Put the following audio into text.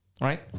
right